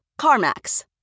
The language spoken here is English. CarMax